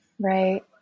Right